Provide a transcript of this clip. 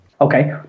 Okay